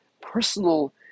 personal